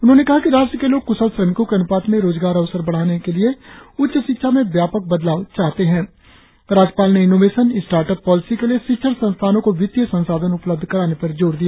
उन्होंने कहा कि राष्ट्र के लोग कुशल श्रमिकों के अनुपात में रोजगार अवसर बढ़ाने के लिए उच्च शिक्षा में व्यापक बदलाव चाहते राज्यपाल ने इनोवेशन स्टार्टअप पॉलिसी के लिए शिक्षण संस्थानों को वित्तीय संसाधन उपलब्ध कराने पर जोर दिया